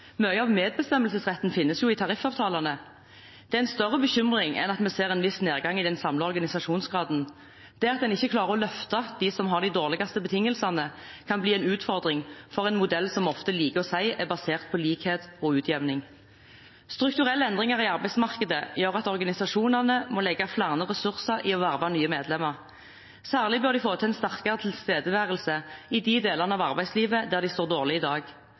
Mye av medbestemmelsesretten finnes jo i tariffavtalene. Det er en større bekymring enn at vi ser en viss nedgang i den samlede organisasjonsgraden. Det at man ikke klarer å løfte dem som har de dårligste betingelsene, kan bli en utfordring for en modell vi ofte liker å si er basert på likhet og utjevning. Strukturelle endringer i arbeidsmarkedet gjør at organisasjonene må legge flere ressurser i å verve nye medlemmer. Særlig bør de få til en sterkere tilstedeværelse i de delene av arbeidslivet der de står dårlig i dag.